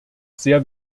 sehr